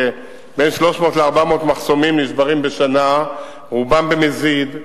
בין 300 ל-400 מחסומים נשברים בשנה, ורובם במזיד,